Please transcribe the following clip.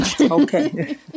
Okay